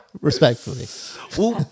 Respectfully